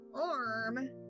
arm